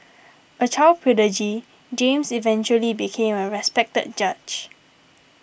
a child prodigy James eventually became a respected judge